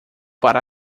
para